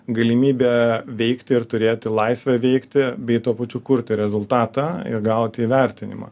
galimybė veikti ir turėti laisvę veikti bei tuo pačiu kurti rezultatą ir gauti įvertinimą